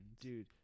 dude